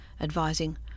advising